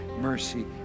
mercy